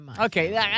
Okay